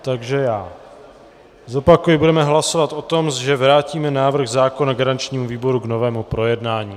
Takže zopakuji budeme hlasovat o tom, že vrátíme návrh zákona garančnímu výboru k novému projednání.